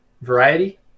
Variety